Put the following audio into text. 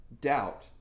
doubt